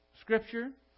Scripture